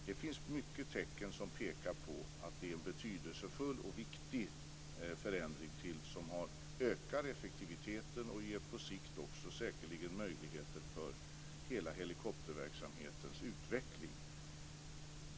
Det finns många tecken som pekar på att det är en betydelsefull och viktig förändring som ökar effektiviteten. På sikt ger den säkerligen också möjligheter för hela helikopterverksamhetens utveckling.